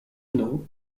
nom